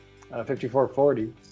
5440